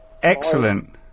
Excellent